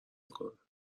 میکنم